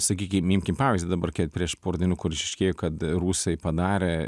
sakykim imkim pavyzdį dabar kiek prieš pora dienų kur išaiškėjo kad rusai padarė